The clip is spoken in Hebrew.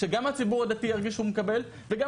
שגם הציבור הדתי ירגיש שהוא מקבל וגם